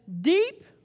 Deep